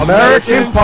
American